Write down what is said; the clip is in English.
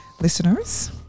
listeners